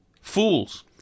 fools